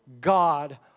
God